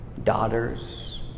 daughters